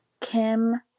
Kim